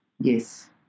Yes